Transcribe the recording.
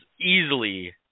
easily